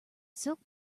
silk